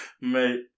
mate